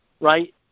right